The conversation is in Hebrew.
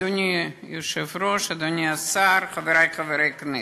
אדוני היושב-ראש, אדוני השר, חברי חברי הכנסת,